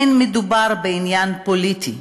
אין מדובר בעניין פוליטי